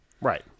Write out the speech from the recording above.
Right